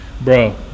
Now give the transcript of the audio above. bro